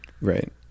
Right